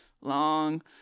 long